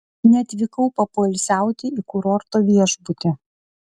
neatvykau papoilsiauti į kurorto viešbutį